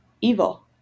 evil